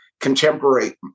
contemporary